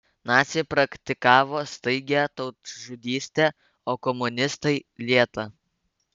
naciai praktikavo staigią tautžudystę o komunistai lėtą